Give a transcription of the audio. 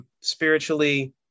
spiritually